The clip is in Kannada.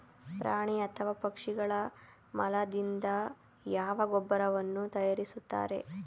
ಪ್ರಾಣಿ ಅಥವಾ ಪಕ್ಷಿಗಳ ಮಲದಿಂದ ಯಾವ ಗೊಬ್ಬರವನ್ನು ತಯಾರಿಸುತ್ತಾರೆ?